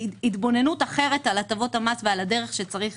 התבוננות אחרת על הטבות המס ועל הדרך שצריך